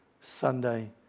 sunday